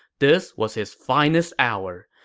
this was his finest hour.